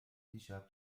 دیشب